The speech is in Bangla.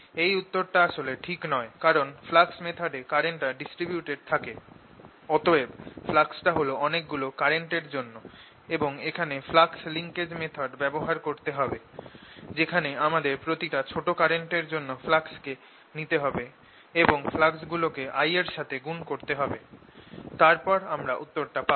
এই উত্তর টা আসলে ঠিক নয় কারণ flux method এ কারেন্ট টা ডিস্ট্রিবিউটেড থাকে অতএব ফ্লাক্স টা হল অনেক গুলো কারেন্ট এর জন্য এবং এখানে ফ্লাক্স লিংকেজ মেথড ব্যবহার করতে হবে যেখানে আমাদের প্রতিটা ছোট কারেন্ট এর জন্য ফ্লাক্স কে নিতে হবে এবং ফ্লাক্স গুলো কে I এর সাথে গুণ করতে হবে তারপর আমরা উত্তর টা পাব